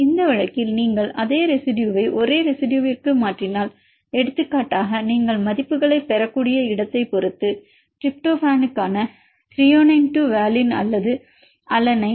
இந்த வழக்கில் நீங்கள் அதே ரெசிடுயுவை ஒரே ரெசிடுயுவிற்கு மாற்றினால் எடுத்துக்காட்டாக நீங்கள் மதிப்புகளைப் பெறக்கூடிய இடத்தைப் பொறுத்து டிரிப்டோபனுக்கான Thr to வாலின் அல்லது அலனைன்